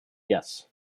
yes